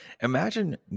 imagine